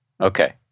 Okay